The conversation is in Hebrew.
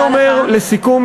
אני אומר לסיכום,